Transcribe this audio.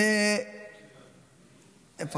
איפה